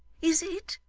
is it